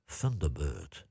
Thunderbird